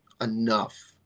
Enough